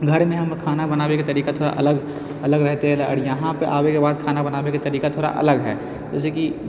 घरमे हम खाना बनाबैके तरीका थोड़ा अलग अगल रहितियै आओर यहाँपर आबैके बाद खाना बनाबैके तरीका थोड़ा अलग है जैसे कि